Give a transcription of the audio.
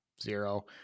zero